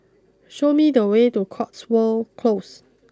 show me the way to Cotswold close